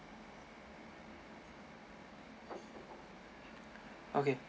okay